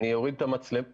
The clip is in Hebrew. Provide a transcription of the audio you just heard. הוא מציל חיים,